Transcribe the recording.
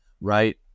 right